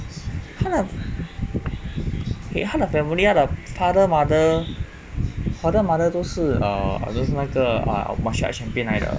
他的 wait 他的 family 他的 father mother father mother 都是 err 都是那个 martial arts champion 来的